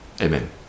Amen